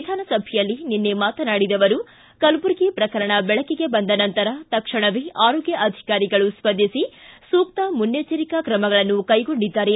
ವಿಧಾನಸಭೆಯಲ್ಲಿ ನಿನ್ನೆ ಮಾತನಾಡಿದ ಅವರು ಕಲಬುರಗಿ ಪ್ರಕರಣ ಬೆಳಕಿಗೆ ಬಂದ ನಂತರ ತಕ್ಷಣವೇ ಆರೋಗ್ಯ ಅಧಿಕಾರಿಗಳು ಸ್ವಂದಿಸಿ ಸೂಕ್ತ ಮುನ್ನೆಚ್ಚೆರಿಕಾ ತ್ರಮಗಳನ್ನು ಕೈಗೊಂಡಿದ್ದಾರೆ